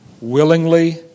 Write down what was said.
Willingly